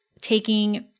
taking